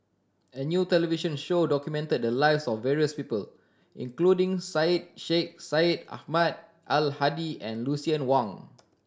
a new television show documented the lives of various people including Syed Sheikh Syed Ahmad Al Hadi and Lucien Wang